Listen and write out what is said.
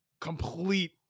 complete